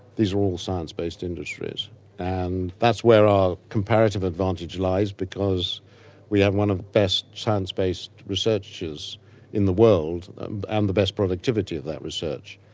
these are all science-based industries and that's where our comparative advantage lies because we have one of the best science-based researches in the world and the best productivity of that research,